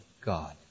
God